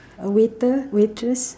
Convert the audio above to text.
a waiter waitress